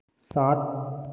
सात